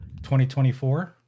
2024